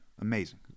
Amazing